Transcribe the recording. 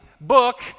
book